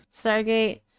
Stargate